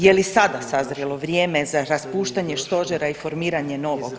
Je li sada sazrelo vrijeme za raspuštanje Stožera i formiranje novog?